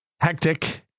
hectic